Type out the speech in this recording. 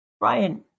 Ryan